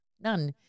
none